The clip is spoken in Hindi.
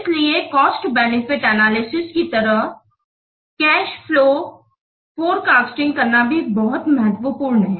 इसलिए कॉस्ट बेनिफिट एनालिसिस की तरहकॅश फ्लो फोरकास्टिंग करना भी बहुत महत्वपूर्ण है